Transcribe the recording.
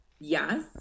yes